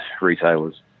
retailers